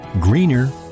greener